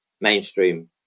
mainstream